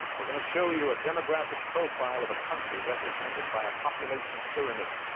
we're going to show you a demographic profile of a country represented by a population pyramid.